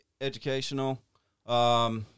educational